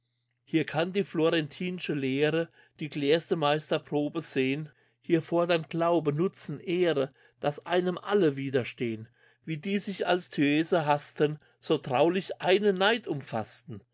hier kann die florentinsche lehre die klarste meisterprobe sehn hier fordern glaube nutzen ehre daß einem alle widerstehn wie die sich als thyrsie haßten so traulich einen neid umfassten